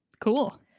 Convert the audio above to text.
cool